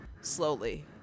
slowly